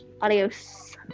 Adios